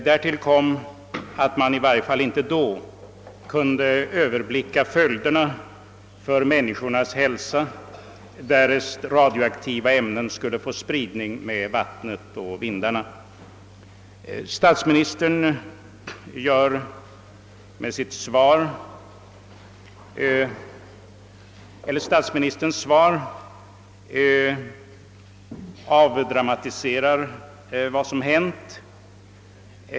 Därtill kom att man i varje fall inte då kunde överblicka följderna för människornas hälsa, därest radioaktiva ämnen skulle få spridning med vattnet och vindarna. Statsministerns svar avdramatiserar vad som hänt.